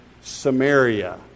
Samaria